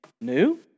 new